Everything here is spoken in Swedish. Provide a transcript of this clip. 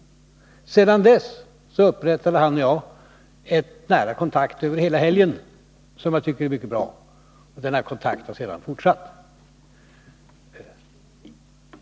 Därefter upprätthöll han och jag en nära kontakt över hela helgen, en kontakt som jag tycker var mycket bra och som sedan fortsatt.